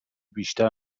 بیشتر